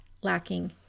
lacking